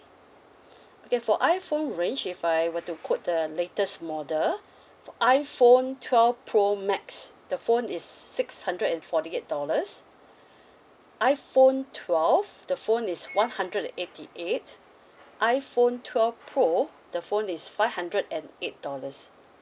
okay for iPhone range if I were to quote the latest model iPhone twelve pro max the phone is six hundred and forty eight dollars iPhone twelve the phone is one hundred and eighty eight iPhone twelve pro the phone is five hundred and eight dollars